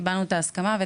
קיבלנו הסכמה לכך,